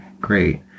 great